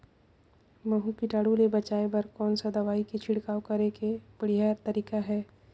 महू कीटाणु ले बचाय बर कोन सा दवाई के छिड़काव करे के बढ़िया तरीका हे?